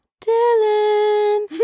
Dylan